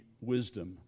wisdom